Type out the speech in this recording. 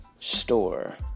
Store